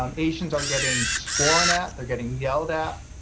um asians are getting sworn at, they're getting yelled at,